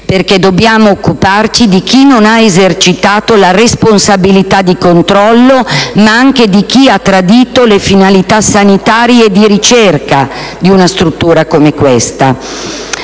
quanto dobbiamo occuparci di chi non ha esercitato la sua responsabilità di controllo, ma anche di chi ha tradito le finalità sanitarie e di ricerca proprie di una struttura come questa.